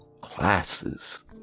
classes